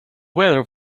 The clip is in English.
weather